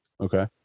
Okay